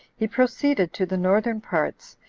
he proceeded to the northern parts,